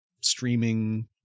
streaming